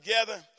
together